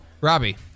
Robbie